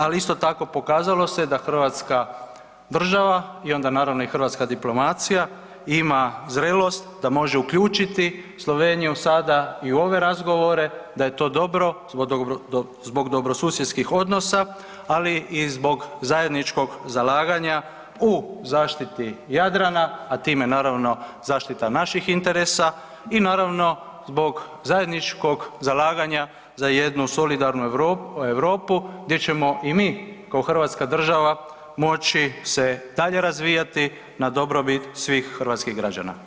Ali isto tako pokazalo se da Hrvatska država i onda naravno i hrvatska diplomacija ima zrelost da može uključiti Sloveniju sada i u ove razgovore, da je to dobro zbog dobrosusjedskih odnosa ali i zbog zajedničkog zalaganja u zaštiti Jadrana, a time naravno zaštita naših interesa i naravno zbog zajedničkog zalaganja za jednu solidarnu Europu gdje ćemo i mi kao Hrvatska država moći se dalje razvijati na dobrobit svih hrvatskih građana.